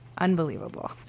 unbelievable